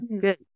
good